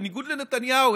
בניגוד לנתניהו,